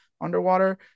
underwater